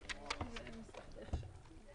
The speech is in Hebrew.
אבל זה לא על הפרק היום.